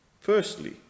Firstly